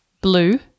Blue